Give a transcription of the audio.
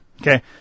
Okay